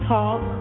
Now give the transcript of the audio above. Talk